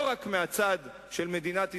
לא רק מהצד של מדינת ישראל,